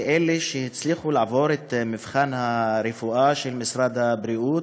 של אלה שהצליחו לעבור את המבחן הרפואה של משרד הבריאות